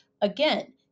again